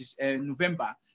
November